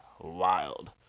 wild